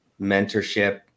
mentorship